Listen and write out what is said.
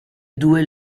due